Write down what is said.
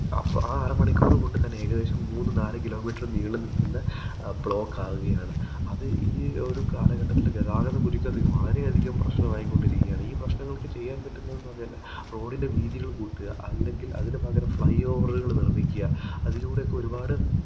അപ്പോൾ ആ അരമണിക്കൂറ് കൊണ്ടുതന്നെ ഏകദേശം മൂന്ന് നാല് കിലോമീറ്ററ് നീളെ നിൽക്കുന്ന ബ്ലോക്കാവുകയാണ് അത് ഈ ഒരു കാലഘട്ടത്തില് ഗതാഗത കുരുക്ക് വളരെയധികം പ്രശ്നം ആയിക്കൊണ്ടിരിക്കുകയാണ് ഈ പ്രശ്നങ്ങള്ക്ക് ചെയ്യാന് പറ്റുന്നതെന്ന് പറഞ്ഞാല് റോഡിന്റെ വീതികള് കൂട്ടുക അല്ലെങ്കില് അതിന് പകരം ഫ്ലൈ ഓവറുകൾ നിർമ്മിക്കുക അതിലൂടെ ഒക്കെ ഒരുപാട്